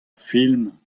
film